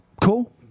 cool